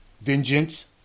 vengeance